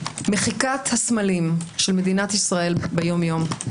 מחיקת הסמלים של מדינת ישראל ביום-יום,